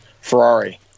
Ferrari